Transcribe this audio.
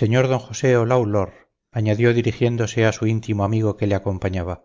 señor d josé olawlor añadió dirigiéndose a su íntimo amigo que le acompañaba